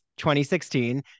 2016